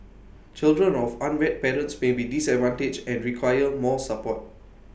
children of unwed parents may be disadvantaged and require more support